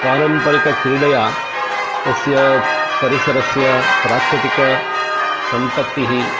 पारम्परिकक्रीडया तस्य परिसरस्य प्राकृतिकसम्पत्तिः